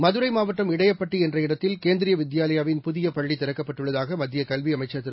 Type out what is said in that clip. மதுரை மாவட்டம் இடையப்பட்டி என்ற இடத்தில் கேந்திரிய வித்யாலயாவின் புதிய பள்ளி திறக்கப்பட்டுள்ளதாக மத்திய கல்வி அமைச்சர் திரு